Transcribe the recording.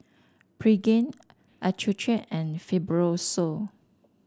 Pregain Accucheck and Fibrosol